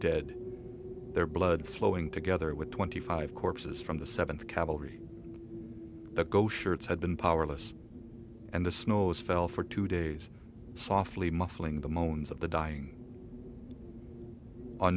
dead their blood flowing together with twenty five corpses from the seventh cavalry the go shirts had been powerless and the snows fell for two days softly muffling the moans of the dying on